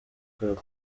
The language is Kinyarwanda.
cup